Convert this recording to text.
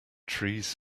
trees